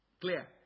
Clear